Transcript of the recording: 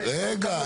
רגע.